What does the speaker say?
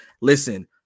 listen